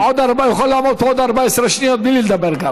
הוא יכול לעמוד פה עוד 14 שניות גם בלי לדבר.